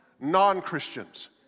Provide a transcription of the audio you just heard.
Non-Christians